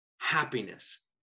happiness